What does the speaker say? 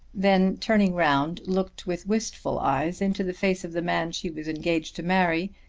then turning round looked with wistful eyes into the face of the man she was engaged to marry,